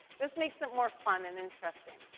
this makes it more fun and interesting.